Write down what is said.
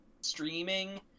streaming